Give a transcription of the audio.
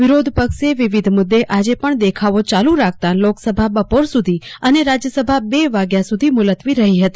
વિરોધપક્ષે વિવિધ મુદે આજે પણ દેખાવો ચાલુ રાખતાં લોકસભા બપોરે સુધી અને રાજયસભા લે વાગ્યા સુધી મુલાતવી રહી હતી